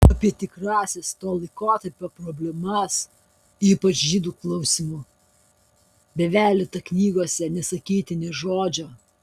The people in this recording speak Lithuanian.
apie tikrąsias to laikotarpio problemas ypač žydų klausimu bevelyta knygose nesakyti nė žodžio